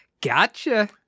gotcha